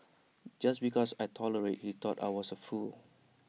just because I tolerated he thought I was A fool